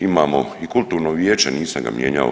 Imamo i kulturno vijeće, nisam ga mijenjao.